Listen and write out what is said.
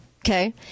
Okay